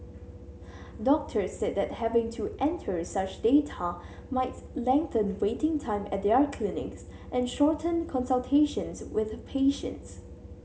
doctors said that having to enter such data might lengthen waiting time at their clinics and shorten consultations with patients